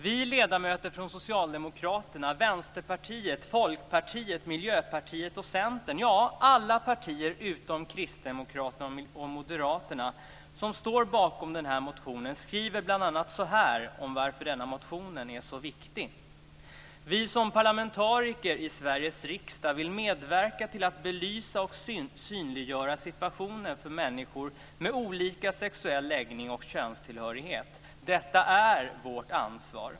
Vi ledamöter från Socialdemokraterna, Vänsterpartiet, Folkpartiet, Miljöpartiet och Centern - ja, alla partier utom Kristdemokraterna och Moderaterna - som står bakom den här motionen skriver bl.a. så här om varför denna motion är så viktig: "Vi som parlamentariker i Sveriges riksdag vill medverka till att belysa och synliggöra situationen för människor med olika sexuell läggning och könstillhörighet." Detta är vårt ansvar.